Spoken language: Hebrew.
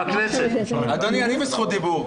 אדוני, אני בזכות דיבור.